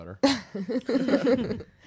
better